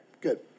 good